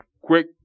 quick